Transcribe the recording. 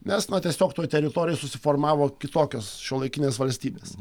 nes na tiesiog toj teritorijoj susiformavo kitokios šiuolaikinės valstybės